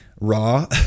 raw